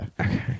Okay